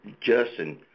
Justin